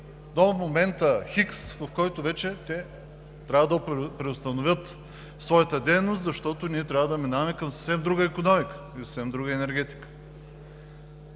до момента Х, в който вече те трябва да преустановят своята дейност, защото трябва да преминаваме към съвсем друга икономика и към съвсем друга енергетика.